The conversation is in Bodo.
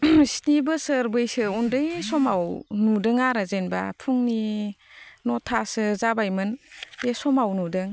स्नि बोसोर बैसो उन्दै समाव नुदों आरो जेनेबा फुंनि नौथासो जाबायमोन बे समाव नुदों